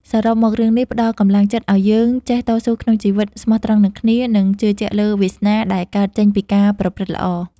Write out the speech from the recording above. សរុបមករឿងនេះផ្តល់កម្លាំងចិត្តឲ្យយើងចេះតស៊ូក្នុងជីវិត ស្មោះត្រង់នឹងគ្នា និងជឿជាក់លើវាសនាដែលកើតចេញពីការប្រព្រឹត្តល្អ។